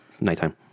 nighttime